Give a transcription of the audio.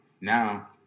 Now